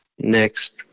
Next